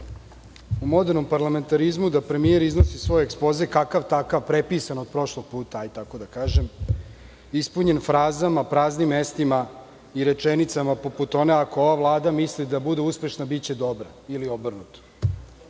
u modernom parlamentarizmu da premijer iznosi svoj ekspoze kakav takav, prepisan od prošlog puta, da tako kažem, ispunjen frazama, praznim mestima i rečenicama poput one – ako ova Vlada misli da bude uspešna, biće dobra ili obrnuto. Ne